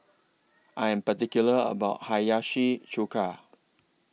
I Am particular about Hiyashi Chuka